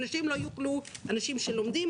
אנשים שלומדים,